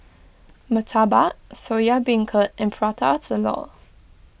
Murtabak Soya Beancurd and Prata Telur